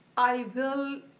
i will,